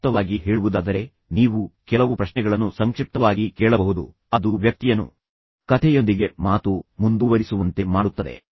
ಸಂಕ್ಷಿಪ್ತವಾಗಿ ಹೇಳುವುದಾದರೆ ನೀವು ಕೆಲವು ಪ್ರಶ್ನೆಗಳನ್ನು ಸಂಕ್ಷಿಪ್ತವಾಗಿ ಕೇಳಬಹುದು ಅದು ವ್ಯಕ್ತಿಯನ್ನು ಕಥೆಯೊಂದಿಗೆ ಮಾತು ಮುಂದುವರಿಸುವಂತೆ ಮಾಡುತ್ತದೆ